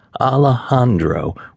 Alejandro